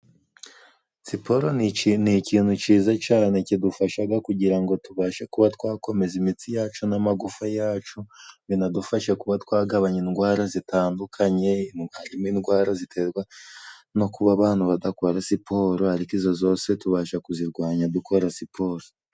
Siporo ni ikintu cyiza cyane kidufasha kugira ngo tubashe kuba twakomeza imitsi yacu n'amagufa yacu, binadufashe kuba twagabanya indwara zitandukanye, harimo indwara ziterwa no kuba abantu badakora siporo, ariko izo zose tubasha kuzirwanya dukora siporo.